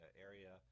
area